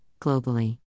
globally